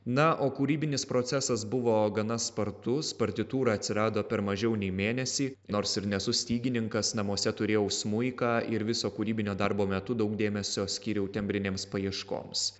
na o kūrybinis procesas buvo gana spartus partitūra atsirado per mažiau nei mėnesį nors ir nesu stygininkas namuose turėjau smuiką ir viso kūrybinio darbo metu daug dėmesio skyriau tembrinėms paieškoms